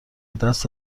دست